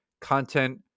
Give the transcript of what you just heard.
content